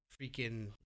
freaking